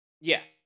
Yes